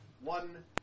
one